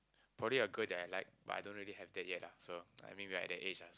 probably a girl that I like but I don't really have that yet ah so I mean we're at that age ah